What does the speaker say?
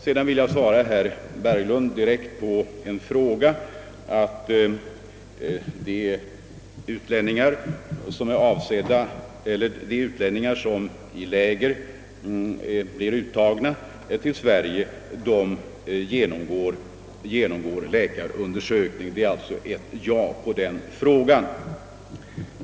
Sedan vill jag beträffande den fråga herr Berglund ställde svara att de flyktingar som blir uttagna till Sverige genomgår läkarundersökning i lägret utomlands. Det blir alltså ett ja på denna fråga.